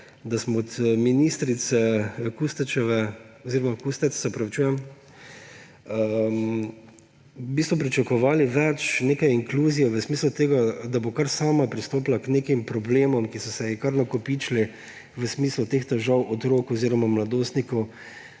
da smo od ministrice Kustec v bistvu pričakovali več; nekaj inkluzije v smislu tega, da bo kar sama pristopila k nekim problemom, ki so se ji kar nakopičili v smislu teh težav otrok oziroma mladostnikov.